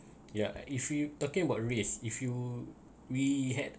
yeah if you talking about risk if you we had